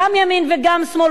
גם ימין וגם שמאל,